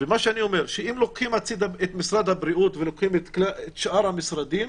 אני אומר שאם לוקחים הצידה את משרד הבריאות ולוקחים את שאר המשרדים,